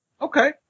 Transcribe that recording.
Okay